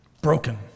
Broken